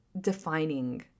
defining